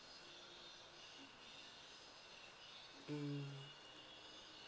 mm